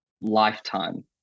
lifetime